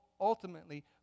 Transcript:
ultimately